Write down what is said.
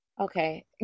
Okay